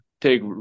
take